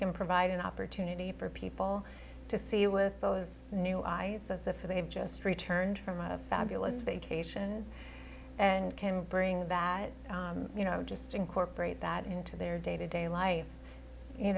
can provide an opportunity for people to see those new eyes as if they've just returned from a fabulous vacation and can bring you know just incorporate that into their day to day life you